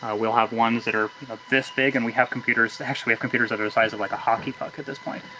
we'll have ones that are this big and we have computers, actually have computers that are the size of like a hockey puck at this point.